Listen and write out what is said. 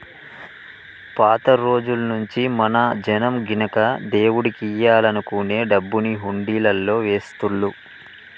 పాత రోజుల్నుంచీ మన జనం గినక దేవుడికియ్యాలనుకునే డబ్బుని హుండీలల్లో వేస్తుళ్ళు